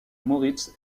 moritz